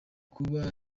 kuba